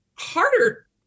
harder